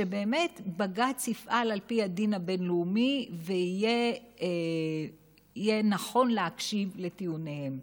שבאמת בג"ץ יפעל על פי הדין הבין-לאומי ויהיה נכון להקשיב לטיעוניהם.